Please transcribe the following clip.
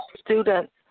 students